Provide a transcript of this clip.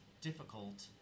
difficult